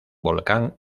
volcán